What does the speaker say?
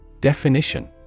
Definition